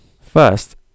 first